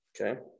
okay